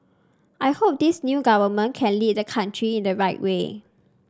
I hope this new government can lead the country in the right way